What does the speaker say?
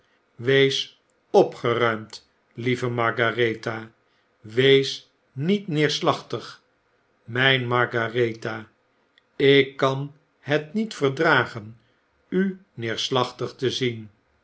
wees opgeruimd lieve margaretha wees niet neerslachtig mp margaretba ik kan het niet verdragen u neerslachtig te zien